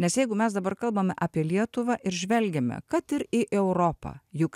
nes jeigu mes dabar kalbame apie lietuvą ir žvelgiame kad ir į europą juk